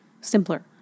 simpler